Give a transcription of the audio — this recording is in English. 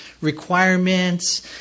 requirements